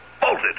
bolted